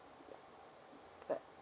yeah but